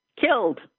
killed